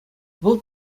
вӑл